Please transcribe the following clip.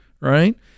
Right